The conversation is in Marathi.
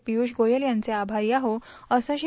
पियुष गोयल यांचे आमारी आहोत असेही श्री